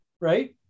right